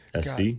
SC